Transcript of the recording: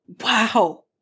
wow